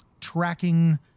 tracking